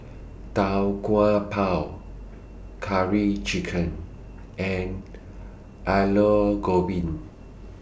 Tau Kwa Pau Curry Chicken and Aloo Gobi